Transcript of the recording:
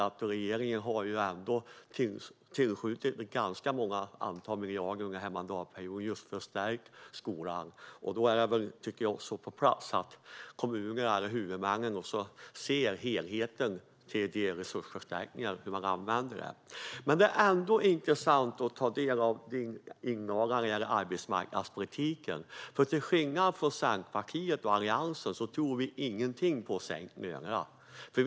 Eftersom regeringen har tillskjutit ganska många miljarder denna mandatperiod för att stärka skolan är det på plats att kommuner och huvudmän också ser till helheten när de använder denna resursförstärkning. Det är intressant att ta del av ditt inlägg när det gäller arbetsmarknadspolitiken, för till skillnad från Centerpartiet och Alliansen tror vi inte på sänkta löner.